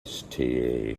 ste